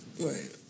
right